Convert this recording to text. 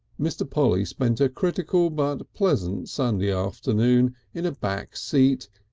mr. polly spent a critical but pleasant sunday afternoon in a back seat,